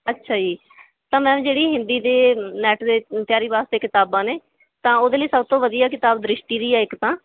ਅੱਛਾ ਜੀ ਤਾਂ ਮੈਮ ਜਿਹੜੀ ਹਿੰਦੀ ਦੇ ਨੈਟ ਦੇ ਤਿਆਰੀ ਵਾਸਤੇ ਕਿਤਾਬਾਂ ਨੇ ਤਾਂ ਉਹਦੇ ਲਈ ਸਭ ਤੋਂ ਵਧੀਆ ਕਿਤਾਬ ਦ੍ਰਿਸ਼ਟੀ ਦੀ ਹੈ ਇੱਕ ਤਾਂ